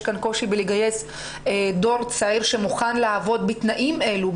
יש כאן קושי בלגייס דור צעיר שמוכן לעבוד בתנאים אלו,